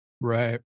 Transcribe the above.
Right